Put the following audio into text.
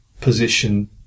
position